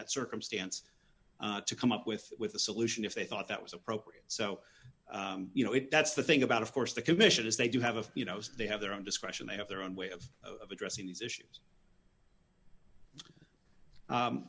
that circumstance to come up with with a solution if they thought that was appropriate so you know if that's the thing about of course the commission is they do have a you know they have their own discretion they have their own way of addressing these issues